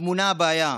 טמונה הבעיה: